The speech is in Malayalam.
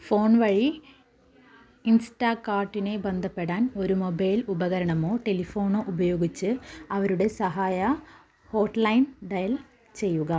ഫോൺ വഴി ഇൻസ്റ്റാക്കാർട്ടിനെ ബന്ധപ്പെടാൻ ഒരു മൊബൈൽ ഉപകരണമോ ടെലിഫോണോ ഉപയോഗിച്ച് അവരുടെ സഹായ ഹോട്ട്ലൈൻ ഡയൽ ചെയ്യുക